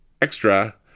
extra